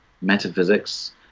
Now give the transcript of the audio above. metaphysics